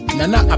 Nana